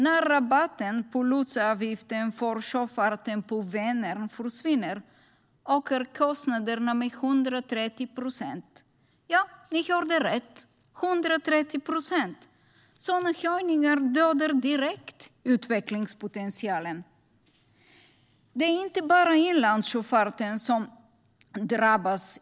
När rabatten på lotsavgiften för sjöfarten på Vänern försvinner ökar kostnaderna med 130 procent. Ja, ni hörde rätt - 130 procent! Sådana höjningar dödar direkt utvecklingspotentialen. Det är inte bara inlandssjöfarten som drabbas.